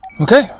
Okay